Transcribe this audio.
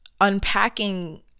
unpacking